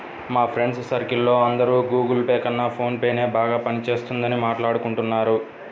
మా friends circle లో అందరూ గుగుల్ పే కన్నా ఫోన్ పేనే బాగా పని చేస్తున్నదని మాట్టాడుకుంటున్నారు